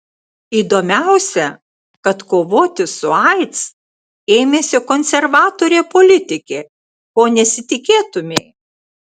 įdomiausia kad kovoti su aids ėmėsi konservatorė politikė ko nesitikėtumei